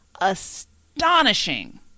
astonishing